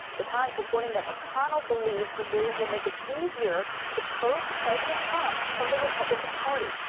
the times reporting that mcconnell believes the move will make it easier to purge president trump from the republican party.